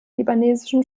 libanesischen